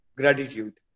gratitude